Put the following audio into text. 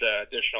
additional